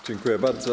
Dziękuję bardzo.